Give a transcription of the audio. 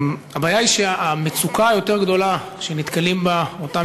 הבעיה היא שהמצוקה היותר-גדולה שנתקלים בה אותם